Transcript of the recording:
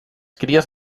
cries